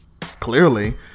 clearly